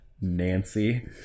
Nancy